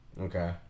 Okay